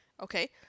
Okay